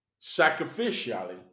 sacrificially